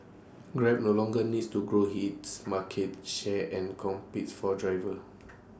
grab no longer needs to grow its market share and compete for drivers